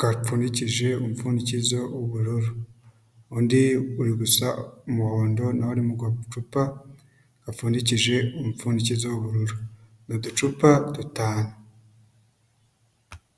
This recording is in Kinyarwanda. gapfundikije umupfundikizo w’ubururu undi uri gusa umuhondo nawo uri mu gacupa gapfundikije umupfundikizo w'ubururu n’uducupa dutanu.